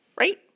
right